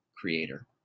creator